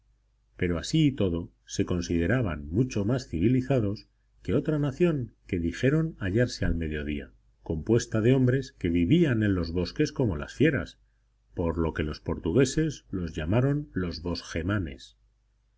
pero así y todo se consideraban mucho más civilizados que otra nación que dijeron hallarse al mediodía compuesta de hombres que vivían en los bosques como las fieras por lo que los portugueses los llamaron bosgemanes